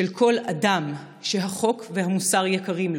של כל אדם שהחוק והמוסר יקרים לו.